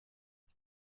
ich